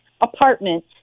apartment